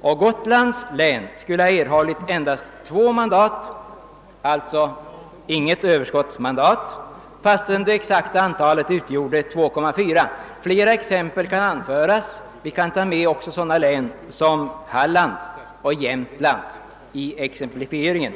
och Gotlands län skulle ha erhållit endast 2 mandat, alltså inget överskottsmandat fastän det exakta antalet utgjorde 2,4. Flera exempel skulle kunna anföras; jag nämner här bara ytterligare Hallands och Jämtlands län.